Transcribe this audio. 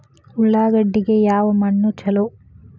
ಉಳ್ಳಾಗಡ್ಡಿಗೆ ಯಾವ ಮಣ್ಣು ಛಲೋ?